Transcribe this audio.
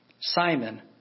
Simon